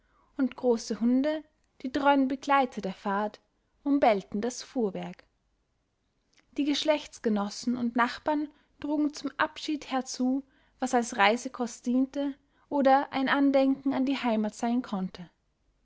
und große hunde die treuen begleiter der fahrt umbellten das fuhrwerk die geschlechtsgenossen und nachbarn trugen zum abschied herzu was als reisekost diente oder ein andenken an die heimat sein konnte